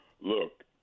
Look